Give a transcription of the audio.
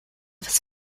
was